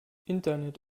internet